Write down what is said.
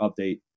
update